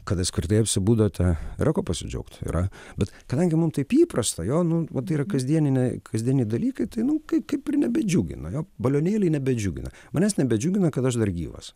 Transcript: kad apskritai atsibudote yra kuo pasidžiaugt yra bet kadangi mum taip įprasta jo nu vat yra kasdieniniai kasdieniai dalykai tai nu kai kaip ir nebedžiugina jo balionėliai nebedžiugina manęs nebedžiugina kad aš dar gyvas